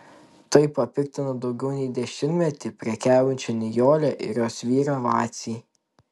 tai papiktino daugiau nei dešimtmetį prekiaujančią nijolę ir jos vyrą vacį